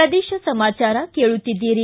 ಪ್ರದೇಶ ಸಮಾಚಾರ ಕೇಳುತ್ತೀದ್ದಿರಿ